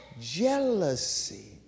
jealousy